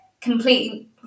completely